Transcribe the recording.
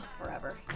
Forever